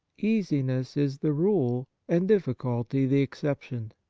easiness is the rule, and difficulty the exception.